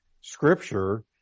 Scripture